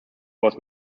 was